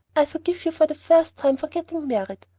i forgive you for the first time for getting married.